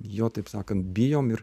jo taip sakant bijome ir